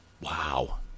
Wow